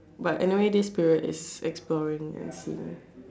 but anyway this period is exploring and seeing